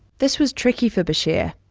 this was tricky for bashir.